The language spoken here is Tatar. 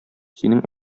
синең